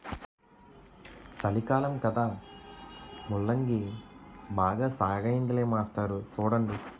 సలికాలం కదా ముల్లంగి బాగా సాగయ్యిందిలే మాస్టారు సూడండి